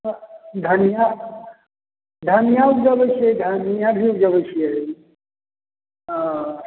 धनियाँ धनियाँ उबजाबै छिऐ धनियाँ भी उबजाबै छिऐ